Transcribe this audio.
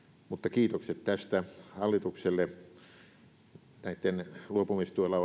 kiitokset tästä hallitukselle nämä luopumistuella